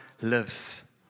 lives